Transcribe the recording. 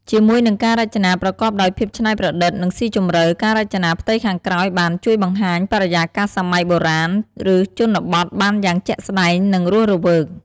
ជាមួយនឹងការរចនាប្រកបដោយ ភាពច្នៃប្រឌិត និងស៊ីជម្រៅ ការរចនាផ្ទៃខាងក្រោយបាន ជួយបង្ហាញបរិយាកាសសម័យបុរាណ ឬជនបទបានយ៉ាងជាក់ស្តែង និងរស់រវើក។